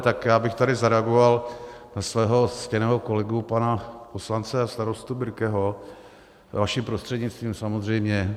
Tak já bych tady zareagoval na svého ctěného kolegu pana poslance a starostu Birkeho, vaším prostřednictvím, samozřejmě.